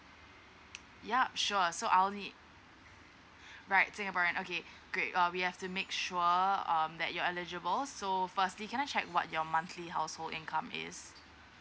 yup sure so I'll need right singaporean okay great uh we have to make sure um that you're eligible so firstly can I check what your monthly household income is